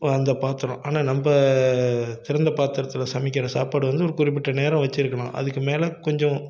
அந்த பாத்திரம் ஆனால் நம்ம திறந்த பாத்திரத்தில் சமைக்கிற சாப்பாடு வந்து ஒரு குறிப்பிட்ட நேரம் வெச்சுருக்கலாம் அதுக்கு மேலே கொஞ்சம்